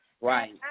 Right